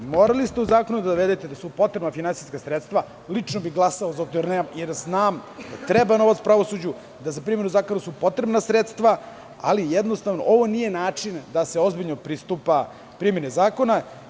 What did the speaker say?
Morali ste u zakonu da uvedete da su potrebna finansijska sredstva i lično bih glasao za to, jer znam da novac treba pravosuđu, da su za primenu zakona potrebna sredstva, ali ovo nije način da se ozbiljno pristupa primeni zakona.